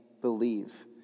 believe